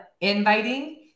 inviting